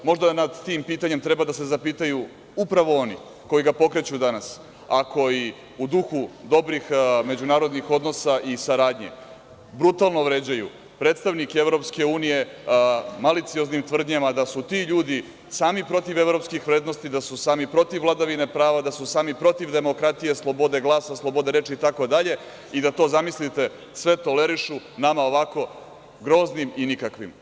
Možda nad tim pitanjem treba da se zapitaju upravo oni koji ga pokreću danas, a koji u duhu dobrih međunarodnih odnosa i saradnje, brutalno vređaju predstavnike EU malicioznim tvrdnjama da su ti ljudi sami protiv evropskih vrednosti, da su sami protiv vladavine prava, da su sami protiv demokratije, slobode glasa, slobode reči itd, i da to, zamislite, sve tolerišu nama ovako groznim i nikakvim.